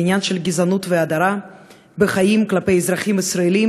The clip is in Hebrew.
לעניין של גזענות והדרה בחיים כלפי אזרחים ישראלים,